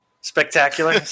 Spectacular